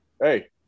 Hey